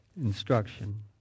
instruction